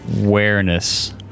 Awareness